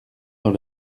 dans